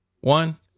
one